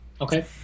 Okay